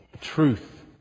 Truth